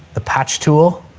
the patch tool